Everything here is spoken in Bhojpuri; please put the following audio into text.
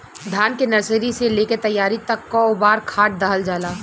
धान के नर्सरी से लेके तैयारी तक कौ बार खाद दहल जाला?